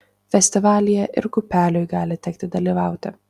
festivalyje ir kiūpeliui gali tekti dalyvauti